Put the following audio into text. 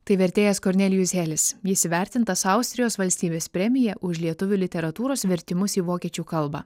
tai vertėjas kornelijus helis jis įvertintas austrijos valstybės premija už lietuvių literatūros vertimus į vokiečių kalbą